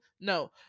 no